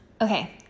okay